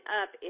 up